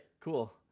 cool